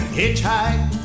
hitchhike